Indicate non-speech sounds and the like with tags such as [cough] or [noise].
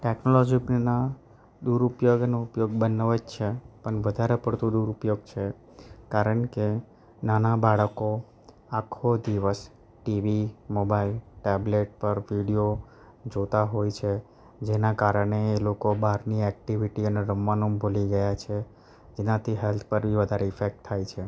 technology [unintelligible] ના ઉપયોગને દુરુપયોગ બંને જ છે પણ વધારે પડતું દુરુપયોગ છે કારણ કે નાના બાળકો આખો દિવસ ટીવી મોબાઈલ ટેબ્લેટ પર વીડિયો જોતા હોય છે જેના કારણે એ લોકો બહારની એક્ટિવિટી અને રમવાનું ભૂલી ગયા છે જેનાથી હેલ્થ પર બી વધારે ઈફેક્ટ થાય છે